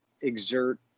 exert